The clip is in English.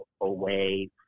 away